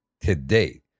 today